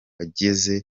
agezeyo